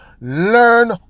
Learn